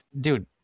Dude